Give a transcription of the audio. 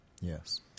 Yes